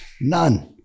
none